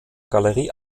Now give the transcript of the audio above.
galerie